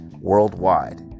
worldwide